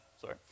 sorry